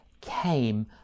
came